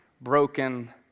broken